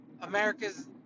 America's